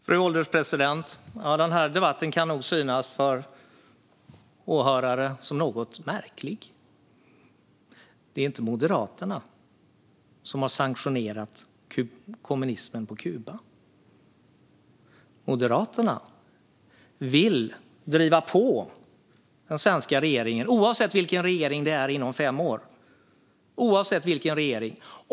Fru ålderspresident! Den här debatten kan nog för åhörare synas som något märklig. Det är inte Moderaterna som har sanktionerat kommunismen på Kuba. Moderaterna vill driva på den svenska regeringen, oavsett vilken regering det är inom fem år.